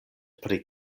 pri